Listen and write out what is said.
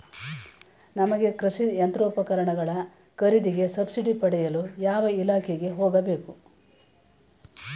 ನಮಗೆ ಕೃಷಿ ಯಂತ್ರೋಪಕರಣಗಳ ಖರೀದಿಗೆ ಸಬ್ಸಿಡಿ ಪಡೆಯಲು ಯಾವ ಇಲಾಖೆಗೆ ಹೋಗಬೇಕು?